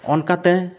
ᱚᱱᱠᱟᱛᱮ